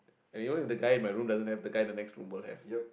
and you know if the guy in my room doesn't have the guy the next room will have